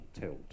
tilt